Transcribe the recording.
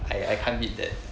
!aiya! I can't beat that